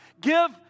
Give